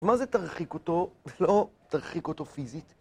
מה זה תרחיק אותו? זה לא תרחיק אותו פיזית...